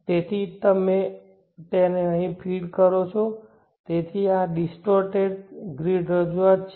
તેથી તમે તેને અહીં ફીડ કરો છો તેથી આ ડિસ્ટોર્ટેડ ગ્રીડ રજૂઆત છે